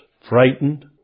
frightened